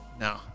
No